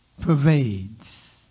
pervades